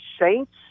Saints